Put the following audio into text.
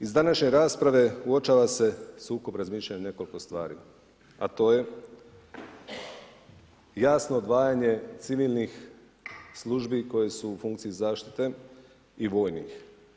Iz današnje rasprave uočava se sukob razmišljanja u nekoliko stvari, a to je, jasno odvajanje civilnih službi koje su u funkciji zaštite i vojnih.